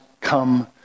come